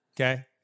okay